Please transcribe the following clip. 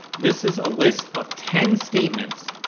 this is a list of ten statements.